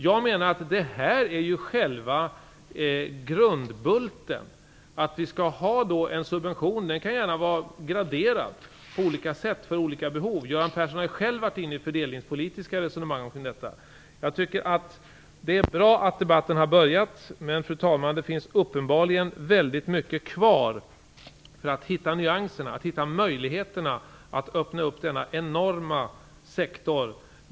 Jag menar att det här är själva grundbulten. Vi skall ha en subvention, som gärna kan vara graderad på olika sätt för olika behov. Göran Persson har ju själv varit inne på detta i fördelningspolitiska resonemang. Jag tycker att det är bra att debatten har börjat men, fru talman, det finns uppenbarligen väldigt mycket kvar när det gäller att hitta nyanserna och möjligheterna till att öppna denna enorma sektor.